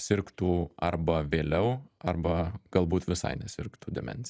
sirgtų arba vėliau arba galbūt visai nesirgtų demencija